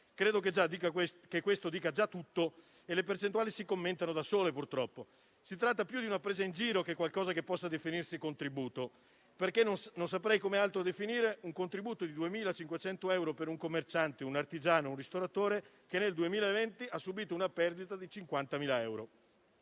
Credo che già questo dica tutto e le percentuali si commentano da sole, purtroppo. Si tratta piuttosto di una presa in giro, che non di qualcosa che possa definirsi un contributo: non saprei come altro definire quei 2.500 euro per un commerciante, un artigiano o un ristoratore che nel 2020 hanno subito una perdita 50.000 euro,